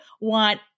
want